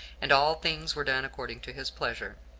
and all things were done according to his pleasure.